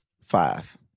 five